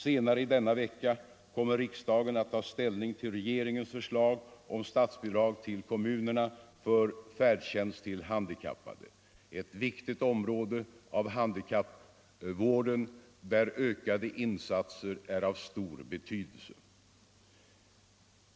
Senare i denna vecka kommer riksdagen att ta ställning till regeringens förslag om statsbidrag till kommunerna för färdtjänst till handikappade -— ett viktigt område av handikappvården där ökade insatser är av stor betydelse.